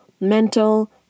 mental